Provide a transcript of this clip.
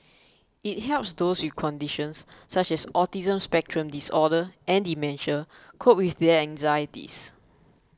it helps those with conditions such as autism spectrum disorder and dementia cope with their anxieties